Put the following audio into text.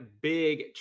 Big